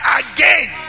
again